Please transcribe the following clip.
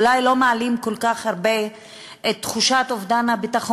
אולי לא מעלים כל כך הרבה את תחושת הביטחון,